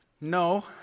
No